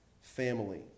family